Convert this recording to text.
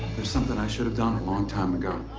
there's something i should have done a long time ago.